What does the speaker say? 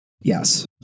Yes